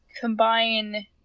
combine